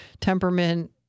temperament